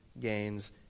gains